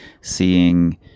seeing